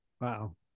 Wow